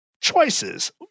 choices